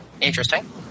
Interesting